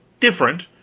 different?